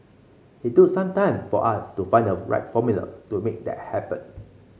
it took some time for us to find the right formula to make that happen